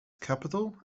capital